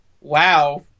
Wow